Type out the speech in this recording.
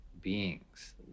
beings